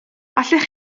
allech